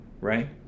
right